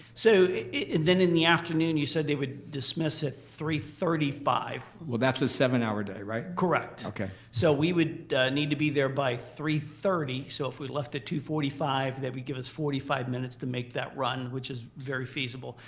so then in the afternoon you said they would dismiss at three thirty five. well that's a seven hour day right? correct. okay. so we would need to be there by three thirty so if we left at two forty five that would give us forty five minutes to make that run which is very feasible.